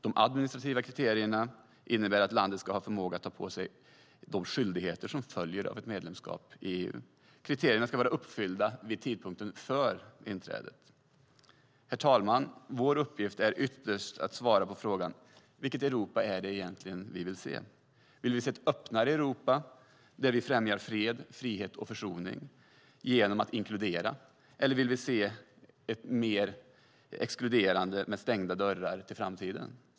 De administrativa kriterierna innebär att landet ska ha förmåga att ta på sig de skyldigheter som följer av ett medlemskap i EU. Kriterierna ska vara uppfyllda vid tidpunkten för inträdet. Herr talman! Vår uppgift är ytterst att svara på frågan: Vilket Europa vill vi se? Vill vi se ett öppnare Europa där vi främjar fred, frihet och försoning genom att inkludera eller vill vi ha se ett mer exkluderande Europa med stängda dörrar till framtiden?